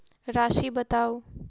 राशि बताउ